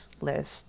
list